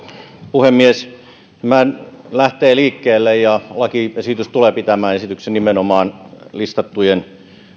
puhemies tämä lähtee liikkeelle ja lakiesitys tulee pitämään sisällään esityksen liittyen nimenomaan listattujen